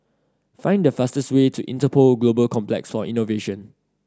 find the fastest way to Interpol Global Complex for Innovation